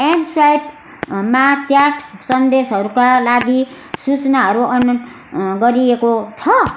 am swipe मा chat सन्देशहरूका लागि सूचनाहरू अन् गरिएको छ